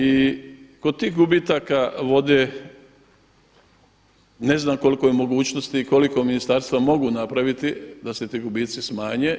I kod tih gubitaka vode ne znam koliko je mogućnosti i koliko ministarstva mogu napraviti da se ti gubici smanje.